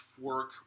work